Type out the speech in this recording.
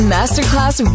Masterclass